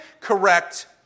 correct